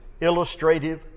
illustrative